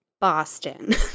Boston